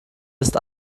ist